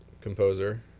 composer